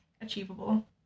achievable